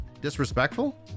Disrespectful